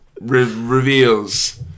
reveals